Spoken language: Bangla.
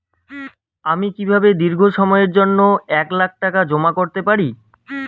আমি কিভাবে দীর্ঘ সময়ের জন্য এক লাখ টাকা জমা করতে পারি?